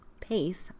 pace